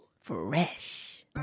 fresh